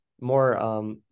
more